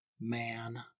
man